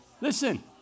Listen